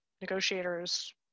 negotiators